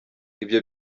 ibyo